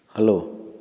hello